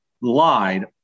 lied